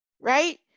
right